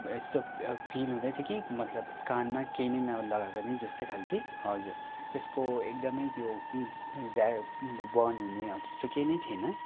यस्तो फिल हुँदैथ्यो कि मतलब कानमा केही नै न लगाएको नै जस्तै खालके हजुर त्यसको एकदमै त्यो बन्द हुने हौ त्यस्तो केही नै थिएन